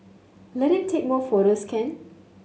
let him take more photos can